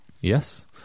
Yes